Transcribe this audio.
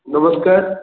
ନମସ୍କାର